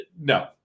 no